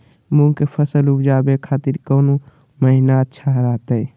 मूंग के फसल उवजावे खातिर कौन महीना अच्छा रहतय?